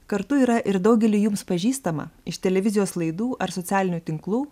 kartu yra ir daugeliui jums pažįstama iš televizijos laidų ar socialinių tinklų